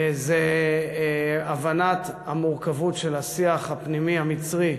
זה הבנת המורכבות של השיח הפנימי המצרי,